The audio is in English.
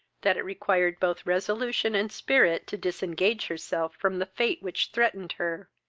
that it required both resolution and spirit to disengage herself from the fate which threatened her